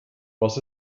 was